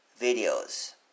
videos